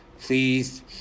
Please